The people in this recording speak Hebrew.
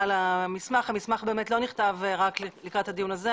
המסמך לא נכתב רק לקראת הדיון הזה.